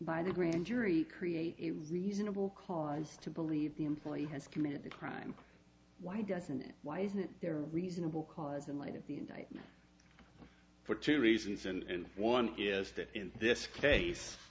by the grand jury create a reasonable cause to believe the employee has committed a crime why doesn't it why isn't there reasonable cause in light of the indictment for two reasons and one is that in this case